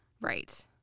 Right